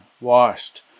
washed